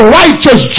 righteous